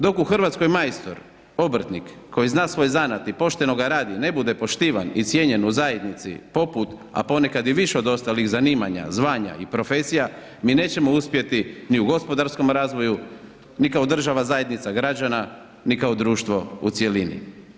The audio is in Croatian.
Dok u Hrvatskoj majstor obrtnik koji zna svoj zanat i pošteno ga radi ne bude poštivan i cijenjen u zajednici poput, a ponekad i više od ostalih zanimanja, zvanja i profesija mi nećemo uspjeti ni u gospodarskom razvoju ni kao država zajednica građana ni kao društvo u cjelini.